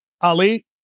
Ali